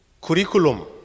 curriculum